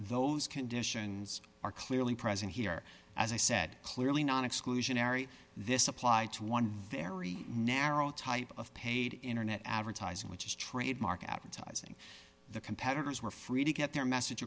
those conditions are clearly present here as i said clearly not exclusionary this applied to one very narrow type of paid internet advertising which is trademark advertising the competitors were free to get their message